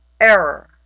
error